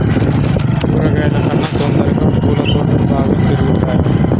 కూరగాయల కన్నా తొందరగా పూల తోటలు బాగా పెరుగుతయా?